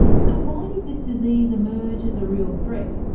so why did this disease emerge as a real threat?